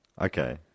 Okay